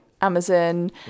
Amazon